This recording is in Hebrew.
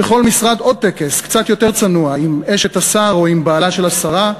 בכל משרד עוד טקס קצת יותר צנוע עם אשת השר או עם בעלה של השרה,